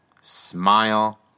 smile